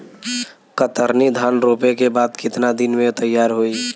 कतरनी धान रोपे के बाद कितना दिन में तैयार होई?